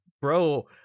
Bro